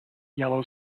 yellow